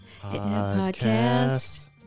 podcast